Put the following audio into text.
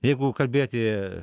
jeigu kalbėti